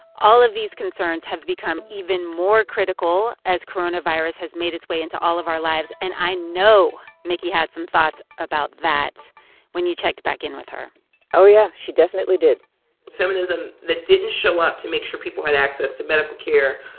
all of these concerns have become even more critical as coronavirus has made its way into all of our lives. and i know mikki had some thoughts about that when you checked back in with her oh, yeah. she definitely did feminism that didn't show up to make sure people had access to medical care,